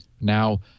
Now